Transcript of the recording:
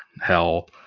hell